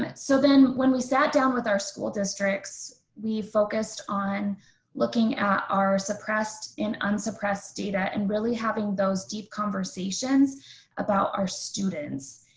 but so then when we sat down with our school districts we focused on looking at our suppressed and unsuppressed data. and really having those deep conversations about our students.